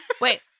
Wait